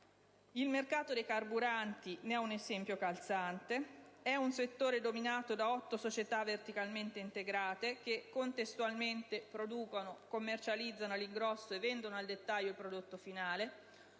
Il mercato dei carburanti ne è un esempio calzante. È un settore dominato da otto società verticalmente integrate che, contestualmente, producono, commercializzano all'ingrosso e vendono al dettaglio il prodotto finale: